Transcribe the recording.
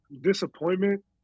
disappointment